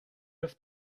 have